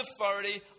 authority